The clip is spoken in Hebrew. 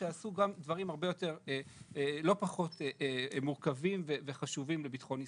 שעשו גם דברים לא פחות מורכבים וחשובים לביטחון ישראל.